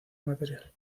material